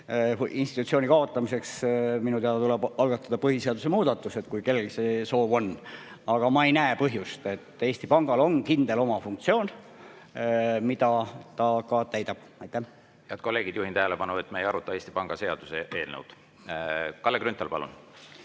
institutsiooni kaotamiseks minu teada tuleb algatada põhiseaduse muudatus, kui kellelgi see soov on. Aga ma ei näe põhjust. Eesti Pangal on kindel oma funktsioon, mida ta ka täidab. Head kolleegid! Juhin tähelepanu, et me ei aruta Eesti Panga seaduse eelnõu. Kalle Grünthal, palun!